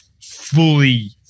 fully